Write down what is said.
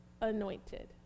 anointed